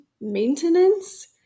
maintenance